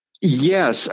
yes